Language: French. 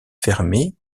fermé